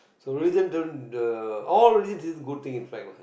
so religion don't uh all religion is a good thing in fact lah